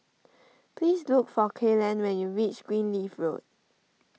please look for Kalen when you reach Greenleaf Road